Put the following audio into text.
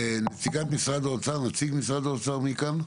מי כאן נציגה או נציג של משרד האוצר?